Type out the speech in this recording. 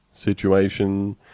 Situation